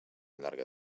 llarga